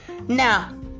Now